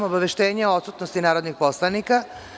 Obaveštenje o odsutnosti narodnih poslanika.